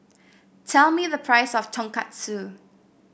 tell me the price of Tonkatsu